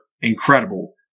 incredible